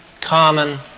common